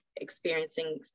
experiencing